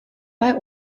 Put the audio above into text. bei